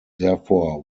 therefore